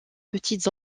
petites